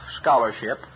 scholarship